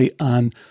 on